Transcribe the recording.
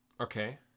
Okay